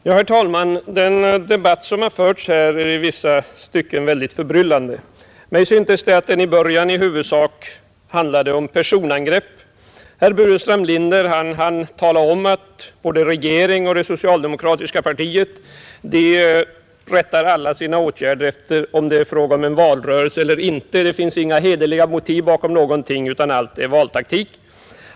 Herr talman! Den debatt som har förts här är i vissa stycken synnerligen förbryllande. Mig synes det att den i början i huvudsak 59 bestod av personangrepp. Herr Burenstam Linder hann tala om att både regeringen och det socialdemokratiska partiet rättar alla sina åtgärder efter om det pågår valrörelse eller inte; det finns inga hederliga motiv bakom någonting, utan allt är bara valtaktik.